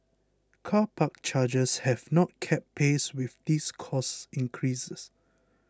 car park charges have not kept pace with these cost increases